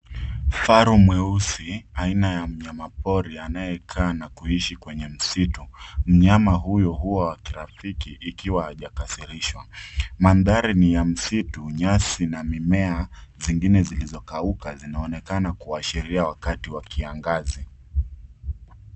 Kifari mweusi aina ya mnyama pori anayekaa kaa na kuishi kwenye msitu. Mnyama huyu huwa wa kirafiki ikiwa hajakasirishwa. Mandhari ni ya msitu nyasi na mimea zingine zilizo kauka zinaonekana kuashiria wakati wa kiangazi.